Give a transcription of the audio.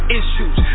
issues